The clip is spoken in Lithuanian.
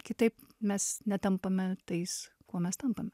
kitaip mes netampame tais kuo mes tampame